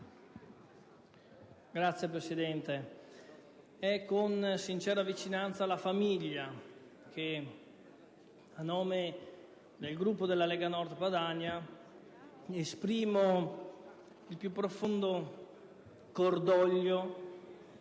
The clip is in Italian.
Signor Presidente, è con sincera vicinanza alla famiglia che, a nome del Gruppo della Lega Nord Padania, esprimo il più profondo cordoglio